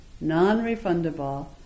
non-refundable